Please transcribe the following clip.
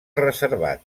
reservat